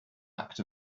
act